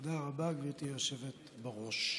תודה רבה, גברתי היושבת בראש.